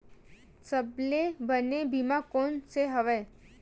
सबले बने बीमा कोन से हवय?